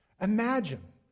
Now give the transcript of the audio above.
Imagine